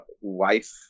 wife